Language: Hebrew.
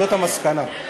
זאת המסקנה.